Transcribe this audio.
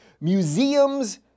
Museums